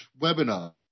webinar